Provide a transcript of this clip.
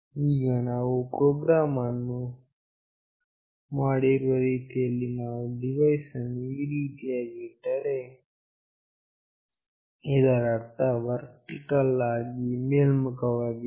ಈಗ ನಾವು ಪ್ರೋಗ್ರಾಂ ಅನ್ನು ಮಾಡಿರುವ ರೀತಿಯಲ್ಲಿ ನಾವು ಡಿವೈಸ್ ಅನ್ನು ಈ ರೀತಿಯಲ್ಲಿ ಇಟ್ಟರೆ ಇದರ ಅರ್ಥ ವರ್ಟಿಕಲ್ ಆಗಿ ಮೇಲ್ಮುಖವಾಗಿದೆ